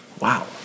Wow